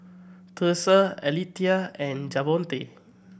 Thursa Alethea and Javonte